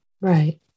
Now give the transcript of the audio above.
Right